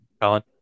Colin